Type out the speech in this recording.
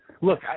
Look